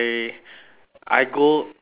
I go